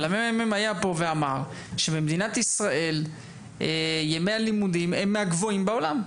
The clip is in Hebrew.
הממ"מ היה פה ואמר שבמדינת ישראל ימי הלימודים הם מהגבוהים בעולם,